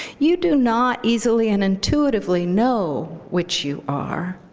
you do not easily and intuitively know which you are,